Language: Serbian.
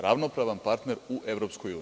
Ravnopravan partner u EU.